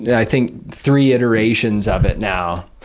yeah i think, three iterations of it now.